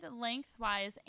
lengthwise